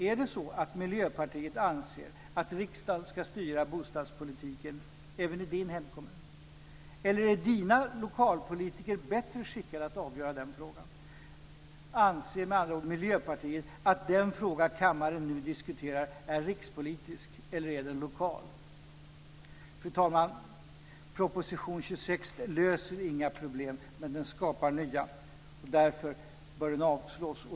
Är det så att Miljöpartiet anser att riksdagen ska styra bostadspolitiken även i Helena Hillar Rosenqvists hemkommun, eller är hennes lokalpolitiker bättre skickade att avgöra den frågan? Anser, med andra ord, Miljöpartiet att den fråga kammaren nu diskuterar är rikspolitisk, eller är den lokal? Fru talman! Proposition 26 löser inga problem, men den skapar nya. Därför bör den avslås.